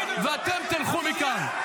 ואתם תלכו מכאן,